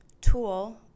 tool